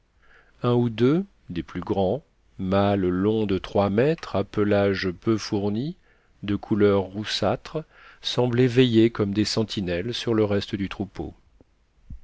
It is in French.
un ou deux des plus grands mâles longs de trois mètres à pelage peu fourni de couleur roussâtre semblaient veiller comme des sentinelles sur le reste du troupeau